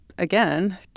Again